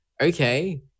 okay